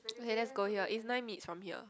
okay let's go here it's nine minutes from here